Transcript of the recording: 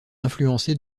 influencé